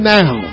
now